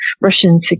Russian